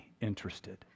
interested